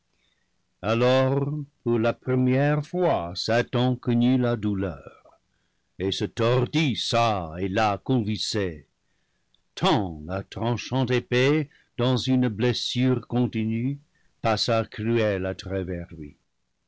alors pour la première fois satan connut la douleur et se tordit çà et là convulsé tant la tranchante épée dans une blessure continue passa cruelle à travers lui